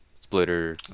splitter